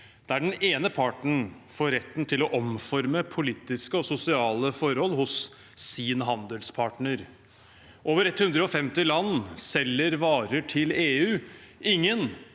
der den ene parten får retten til å omforme politiske og sosiale forhold hos sin handelspartner. Over 150 land selger varer til EU. Ingen